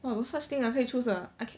!wah! got such thing ah 可以 choose ah I can